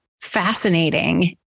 fascinating